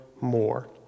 more